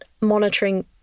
monitoring